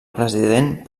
president